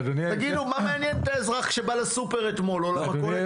מה זה מעניין את האזרח שבא לסופר או למכולת?